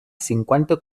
cinquanta